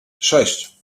sześć